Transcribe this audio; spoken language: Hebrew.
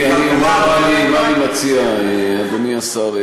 אני אומר מה אני מציע, אדוני השר.